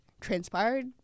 transpired